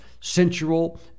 sensual